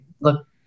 look